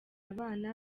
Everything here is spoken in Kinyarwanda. abana